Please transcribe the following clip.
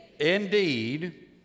indeed